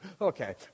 Okay